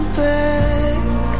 back